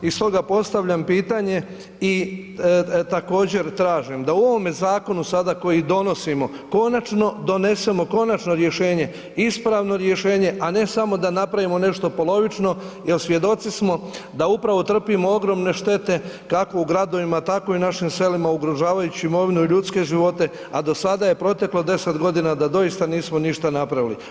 I stoga postavljam pitanje i također tražim da u ovome zakonu sada koji donosimo konačno donesemo konačno rješenje, ispravno rješenje a ne samo da napravimo nešto polovično jer svjedoci smo da upravo trpimo ogromne štete kako u gradovima tako i u našim selima ugrožavajući imovinu i ljudske živote a do sada je proteklo 10 godina da doista nismo ništa napravili.